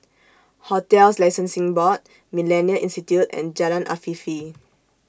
hotels Licensing Board Millennia Institute and Jalan Afifi